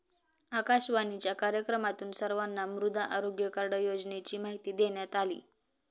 आकाशवाणीच्या कार्यक्रमातून सर्वांना मृदा आरोग्य कार्ड योजनेची माहिती देण्यात आली